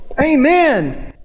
amen